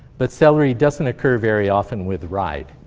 but celery doesn't occur very often with ride.